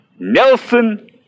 Nelson